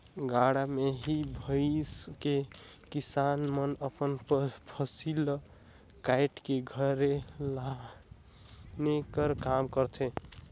गाड़ा मे ही भइर के किसान मन अपन फसिल ल काएट के घरे लाने कर काम करथे